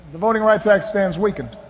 the voting rights act stands weakened,